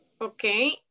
okay